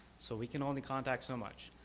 so we can only contact so much.